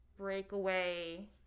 breakaway